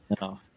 No